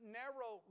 narrow